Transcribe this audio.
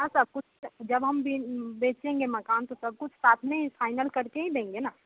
हाँ सब कुछ सर जब हम बी बेचेंगे मकान तो सब कुछ साथ में ही फ़ाइनल करके ही देंगे ना